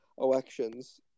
elections